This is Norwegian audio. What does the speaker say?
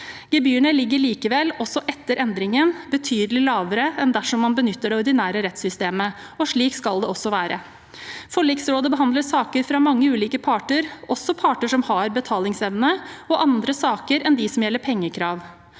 Gebyrene ligger likevel også etter endringen betydelig lavere enn dersom man benytter det ordinære rettssystemet, og slik skal det også være. Forliksrådet behandler saker fra mange ulike parter, også parter som har betalingsevne, og andre saker enn dem som gjelder pengekrav.